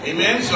Amen